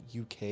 UK